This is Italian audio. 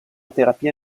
terapia